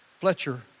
Fletcher